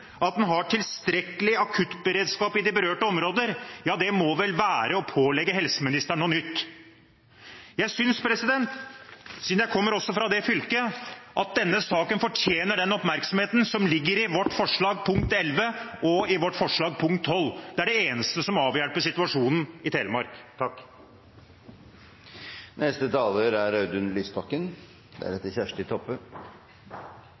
at en har tilstrekkelig akuttberedskap i det berørte området, må vel være å pålegge helseministeren noe nytt. Jeg synes – siden jeg kommer fra det fylket – at denne saken fortjener den oppmerksomheten som ligger i vårt forslag nr. 11 og i vårt forslag nr. 12. Det er det eneste som avhjelper situasjonen i Telemark. Det er